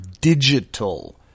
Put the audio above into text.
digital